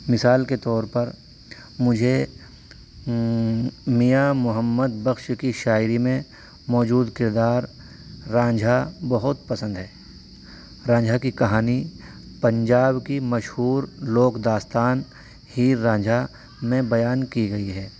مثال کے طور پر مجھے میاں محمد بخش کی شاعری میں موجود کردار رانجھا بہت پسند ہے رانجھا کی کہانی پنجاب کی مشہور لوک داستان ہیر رانجھا میں بیان کی گئی ہے